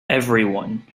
everyone